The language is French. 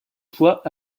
poids